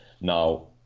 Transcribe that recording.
now